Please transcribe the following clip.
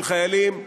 של חיילים,